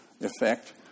effect